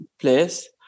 place